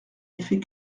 effet